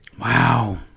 Wow